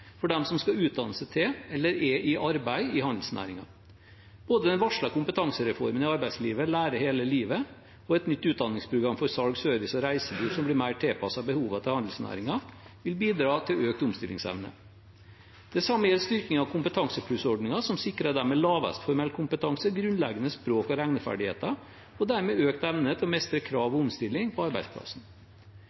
for dem som skal utdanne seg til eller er i arbeid i handelsnæringen. Både den varslede kompetansereformen for arbeidslivet, Lære hele livet, og et nytt utdanningsprogram for salg, service og reiseliv, som blir mer tilpasset behovet til handelsnæringen, vil bidra til økt omstillingsevne. Det samme gjelder styrkingen av Kompetansepluss-ordningen, som sikrer dem med lavest formell kompetanse grunnleggende språk- og regneferdigheter og dermed økt evne til å mestre krav og omstilling på arbeidsplassen.